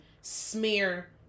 smear